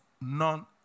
none